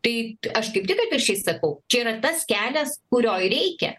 tai aš kaip tik atvirkščiai sakau čia yra tas kelias kurio ir reikia